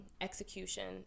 execution